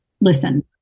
listen